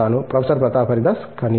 professor Pratap Haridas కనీసం